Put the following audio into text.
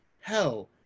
Hell